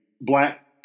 black